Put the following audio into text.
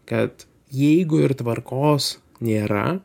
kad jeigu ir tvarkos nėra